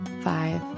five